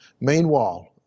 Meanwhile